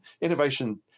Innovation